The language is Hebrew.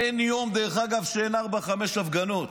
אין יום, דרך אגב, שאין בו ארבע-חמש הפגנות.